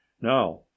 now